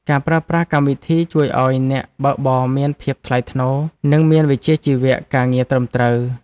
ការប្រើប្រាស់កម្មវិធីជួយឱ្យអ្នកបើកបរមានភាពថ្លៃថ្នូរ និងមានវិជ្ជាជីវៈការងារត្រឹមត្រូវ។